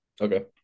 Okay